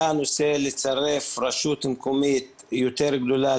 הנושא לצרף רשות מקומית יותר גדולה,